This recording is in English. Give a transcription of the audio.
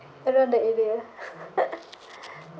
around that area